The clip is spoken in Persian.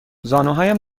زانوهایم